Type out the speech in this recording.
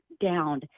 down